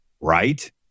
Right